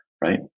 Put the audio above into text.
Right